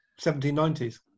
1790s